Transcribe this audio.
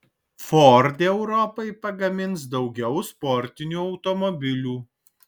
ford europai pagamins daugiau sportinių automobilių